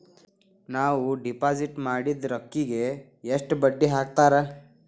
ನಾವು ಡಿಪಾಸಿಟ್ ಮಾಡಿದ ರೊಕ್ಕಿಗೆ ಎಷ್ಟು ಬಡ್ಡಿ ಹಾಕ್ತಾರಾ?